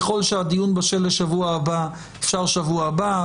ככל שהדיון בשל לשבוע הבא, אפשר שבוע הבא.